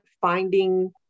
finding